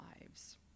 lives